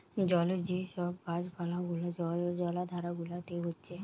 জলজ যে সব গাছ পালা গুলা জলাধার গুলাতে হচ্ছে